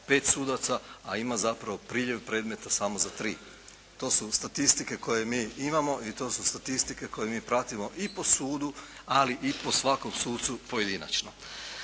pet sudaca a ima zapravo priljev predmeta samo za tri. To su statistike koje mi imamo i to su statistike koje mi pratimo i po sudu, ali i po svakom sucu pojedinačno.